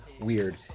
weird